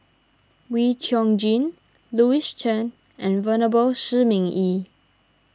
Wee Chong Jin Louis Chen and Venerable Shi Ming Yi